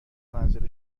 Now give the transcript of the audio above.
منزل